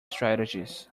strategies